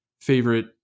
favorite